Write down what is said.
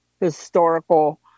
historical